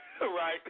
Right